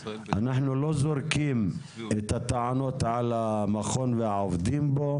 אנחנו לא זורקים את הטענות על המכון והעובדים בו,